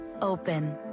Open